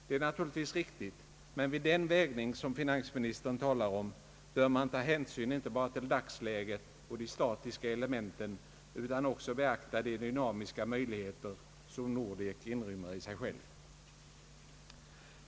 Det är naturligtvis riktigt. Men vid den vägning som finansministern talade om bör man ta hänsyn inte bara till dagsläget och de statiska elementen, utan också beakta de dynamiska möjligheter som Nordek inrymmer i sig själv.